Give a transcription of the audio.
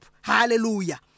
Hallelujah